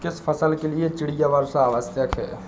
किस फसल के लिए चिड़िया वर्षा आवश्यक है?